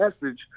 message